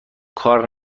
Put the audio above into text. کار